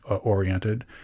oriented